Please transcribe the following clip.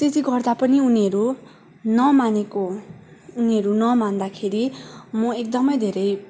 त्यति गर्दा पनि उनीहरू नमानेको उनीहरू नमान्दाखेरि म एकदमै धेरै